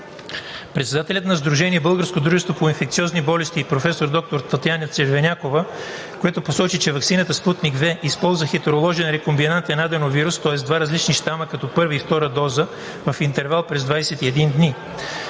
Председателят на Сдружение „Българско дружество по инфекциозни болести“ професор доктор Татяна Червенякова посочи, че ваксината „Спутник V“ използва хетероложен рекомбинантен аденовирус, тоест два различни щама като първа и втора доза в интервал през 21 дни.